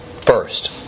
First